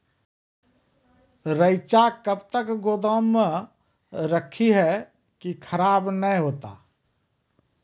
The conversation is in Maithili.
रईचा कब तक गोदाम मे रखी है की खराब नहीं होता?